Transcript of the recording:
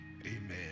amen